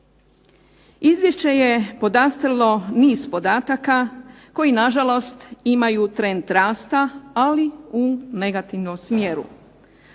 Izvješće je podastrlo niz podataka koji nažalost imaju trend rasta, ali u negativnom smjeru